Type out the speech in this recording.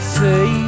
say